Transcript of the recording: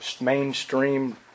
mainstream